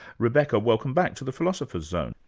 rebecca, welcome back to the philosopher's zone.